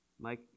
Mike